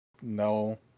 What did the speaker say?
No